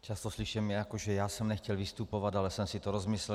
Často slyším, že já jsem nechtěl vystupovat a že jsem si to rozmyslel.